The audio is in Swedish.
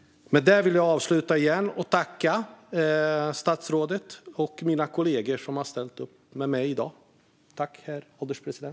Jag vill återigen tacka statsrådet och mina kollegor här för debatten.